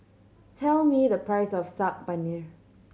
tell me the price of Saag Paneer